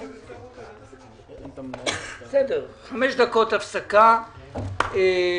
ננעלה בשעה 12:56.